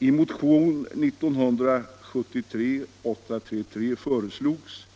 I motionen 1973:833 föreslogs